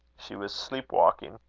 she was sleep-walking.